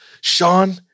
Sean